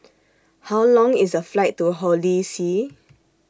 How Long IS The Flight to Holy See